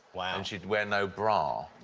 wow. and she'd wear no bra.